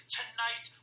Tonight